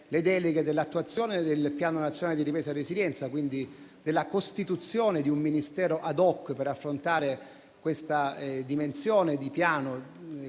le deleghe per l'attuazione del Piano nazionale di ripresa e resilienza, con la costituzione di un Ministero *ad hoc* per affrontare la dimensione del Piano,